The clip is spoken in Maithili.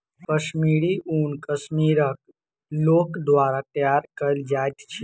कश्मीरी ऊन कश्मीरक लोक द्वारा तैयार कयल जाइत अछि